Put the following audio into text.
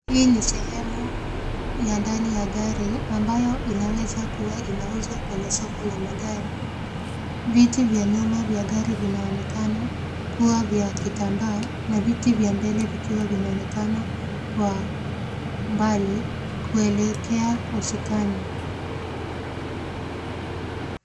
Hii ni sehemu ya ndani ya gari ambayo inaweza kuwa inauzwa kwenye soko la magari. Viti vya nyuma vya gari vinaonekana kuwa vya kitambaa na viti vya mbele vikiwa vinaonekana kwa mbali kuelekea usukani.